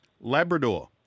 Labrador